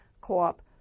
Co-op